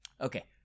okay